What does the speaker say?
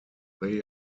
they